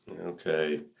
Okay